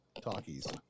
talkies